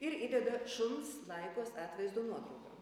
ir įdeda šuns laikos atvaizdo nuotrauką